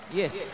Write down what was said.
yes